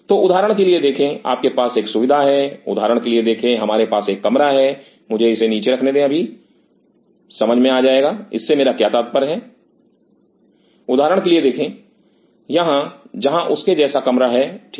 तो उदाहरण के लिए देखें आपके पास एक सुविधा है उदाहरण के लिए देखें हमारे पास एक कमरा है मुझे इसे नीचे रखने दें अभी समझ में आएगा इससे मेरा क्या तात्पर्य है उदाहरण के लिए देखें यहां जहां उसके जैसा कमरा है ठीक